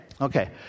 okay